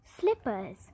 slippers